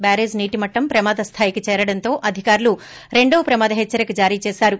బ్యారేజీ నీటిమట్టం ప్రమాద స్థాయికి చేరడంతో అధికారులు రెండో ప్రమాద హెచ్చరిక జారీచేశారు